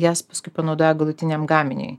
jas paskui panaudoja galutiniam gaminiui